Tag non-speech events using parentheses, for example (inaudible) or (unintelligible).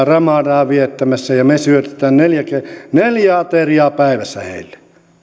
(unintelligible) ramadania viettämässä ja me syötämme neljä ateriaa päivässä heille